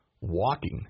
walking